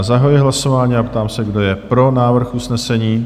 Zahajuji hlasování a ptám se, kdo je pro návrh usnesení?